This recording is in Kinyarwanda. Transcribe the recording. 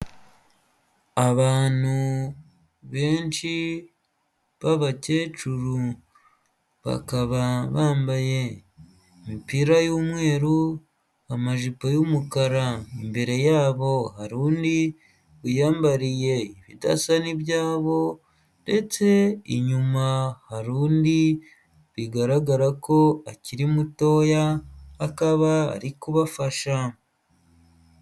Abantu benshi b'abakecuru. Bakaba bambaye imipira y'umweru, amajipo y'umukara. Imbere yabo hari undi wiyambariye ibidasa n'ibyabo ndetse inyuma hari undi, bigaragara ko akiri mutoya, akaba ari kubafasha.